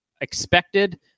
expected